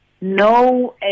no